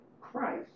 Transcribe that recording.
Christ